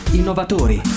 innovatori